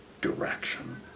direction